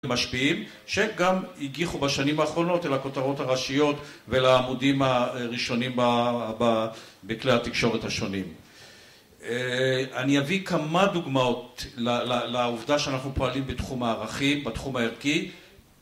שמשפיעים, שגם הגיחו בשנים האחרונות אל הכותרות הראשיות ולעמודים הראשונים בכלי התקשורת השונים. אני אביא כמה דוגמאות לעובדה שאנחנו פועלים בתחום מערכי, בתחום הערכי.